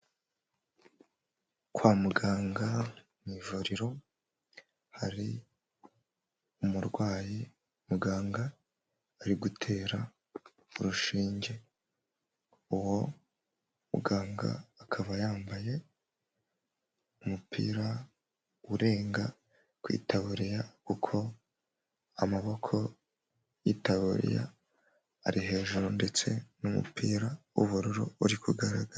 Kwa muganga mu ivuriro hari umurwayi muganga ari gutera urushinge. Uwo muganga akaba yambaye umupira urenga ku itaburiya kuko amaboko y'itaburiya ari hejuru ndetse n'umupira w'ubururu uri kugaragara.